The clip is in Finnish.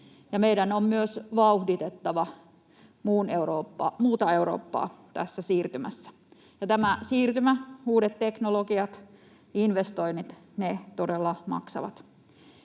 meidän on myös vauhditettava muuta Eurooppaa tässä siirtymässä. Ja tämä siirtymä, uudet teknologiat, investoinnit, ne todella maksavat.